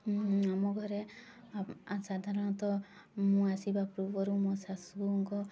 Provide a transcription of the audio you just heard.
ମୁଁ ଆମ ଘରେ ସାଧାରଣତଃ ମୁଁ ଆସିବା ପୂର୍ବରୁ ମୋ ଶାଶୁଙ୍କ